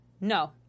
No